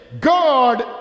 God